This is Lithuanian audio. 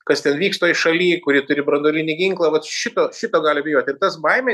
kas ten vyks toj šaly kuri turi branduolinį ginklą vat šito šito gali bijot tas baimė